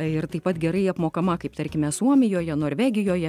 ir taip pat gerai apmokama kaip tarkime suomijoje norvegijoje